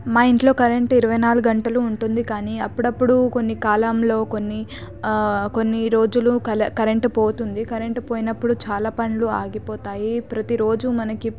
మా ఇంట్లో కరెంటు ఇరవై నాలుగు గంటలు ఉంటుంది కానీ అప్పుడపుడు కొన్ని కాలాలలో కొన్ని కొన్ని రోజులు కరెంటు పోతుంది కరెంటు పోయినప్పుడు చాలా పనులు ఆగిపోతాయి ప్రతి రోజు మనకి